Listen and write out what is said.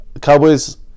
Cowboys